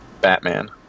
Batman